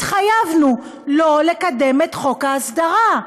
התחייבנו לא לקדם את חוק ההסדרה.